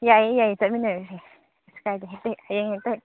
ꯌꯥꯏꯌꯦ ꯌꯥꯏꯌꯦ ꯆꯠꯃꯤꯟꯅꯔꯨꯁꯦ ꯀꯔꯤꯁꯨ ꯀꯥꯏꯗꯦ ꯍꯦꯛꯇ ꯍꯌꯦꯡ ꯍꯦꯛꯇ